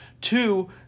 two